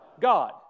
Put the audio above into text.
God